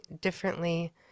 differently